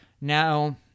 now